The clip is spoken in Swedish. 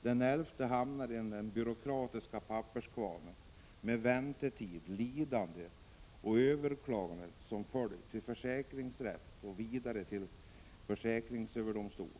Den elfte hamnar i den byråkratiska papperskvarnen med väntetider, lidande och överklaganden till försäkringsrätt och vidare till försäkringsöverdomstol.